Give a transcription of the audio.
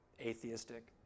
atheistic